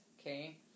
okay